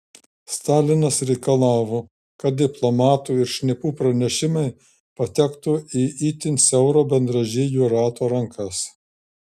stalinas reikalavo kad diplomatų ir šnipų pranešimai patektų į itin siauro bendražygių rato rankas